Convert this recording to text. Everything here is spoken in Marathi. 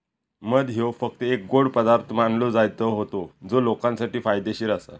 मध ह्यो फक्त एक गोड पदार्थ मानलो जायत होतो जो लोकांसाठी फायदेशीर आसा